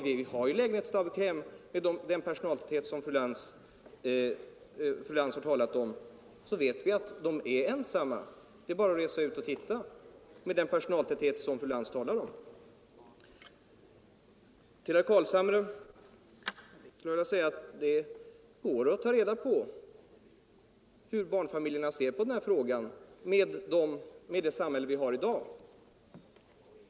Vi har ju lägenhetsdaghem med den personaltäthet som fru Lantz talat om, och vi vet att man där ofta är ensam med barnen — det är bara att resa ut och titta. Till herr Carlshamre vill jag säga att det går att ta reda på hur barnfamiljerna ser på denna fråga i det samhälle vi har i dag.